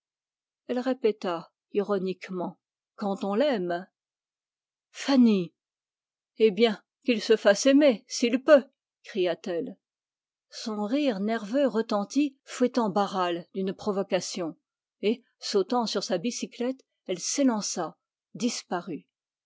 elle répéta quand on aime fanny eh bien qu'il se fasse aimer s'il peut cria-t-elle son rire nerveux retentit fouettant barral d'une provocation et sautant sur sa bicyclette elle s'élança